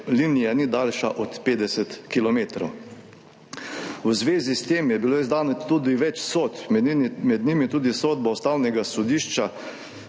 linija ni daljša od 50 kilometrov. V zvezi s tem je bilo izdanih tudi več sodb, med njimi tudi sodba Ustavnega sodišča